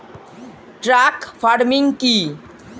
Truck farming কি?